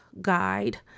guide